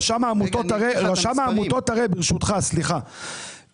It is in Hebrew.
רשם העמותות ברשותך סליחה,